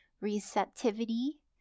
receptivity